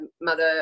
mother